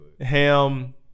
ham